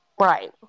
right